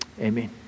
Amen